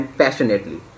passionately